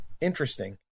Interesting